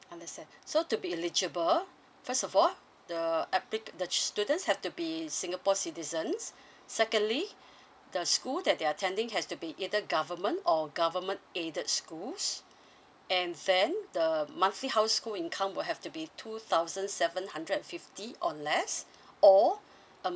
understand so to be eligible first of all the appli~ the students have to be singapore citizens secondly the school that they're attending has to be either government or government aided schools and then the monthly household income will have to be two thousand seven hundred fifty or less or